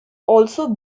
also